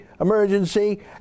emergency